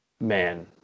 man